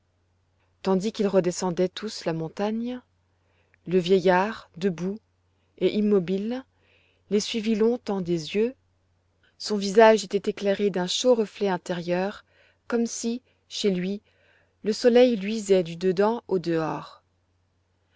tandis qu'ils redescendaient tous la montagne le vieillard debout et immobile les suivit longtemps des yeux son visage était éclairé d'un chaud reflet intérieur comme si chez lui le soleil luisait du dedans au dehors